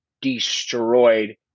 destroyed